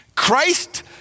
Christ